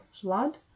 flood